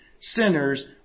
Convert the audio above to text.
sinners